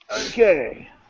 Okay